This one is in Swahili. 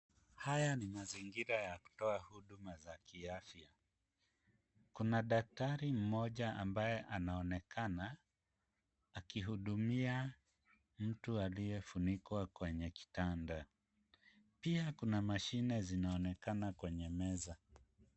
Haya ni mazingira ya kutoa huduma za kiafya. Kuna daktari mmoja ambaye anaonekana, akihudumia mtu aliyefunikwa kwenye kitanda. Pia kuna mashine zinaonekana kwenye meza.